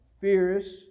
fierce